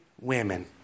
women